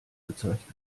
bezeichnet